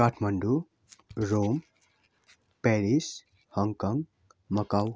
Kathmandu Rome Paris Hong Kong Macau